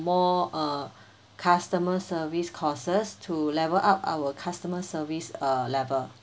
more err customer service courses to level up our customer service uh level